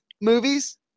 movies